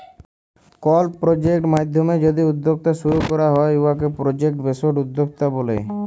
call project মাইধ্যমে যদি উদ্যক্তা শুরু ক্যরা হ্যয় উয়াকে পরজেক্ট বেসড উদ্যক্তা ব্যলে